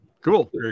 Cool